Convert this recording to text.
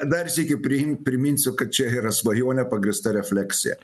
dar sykį priim priminsiu kad čia yra svajonė pagrįsta refleksija